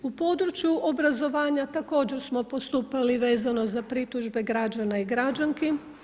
U području obrazovanja također smo postupali vezano za pritužbe građana i građanki.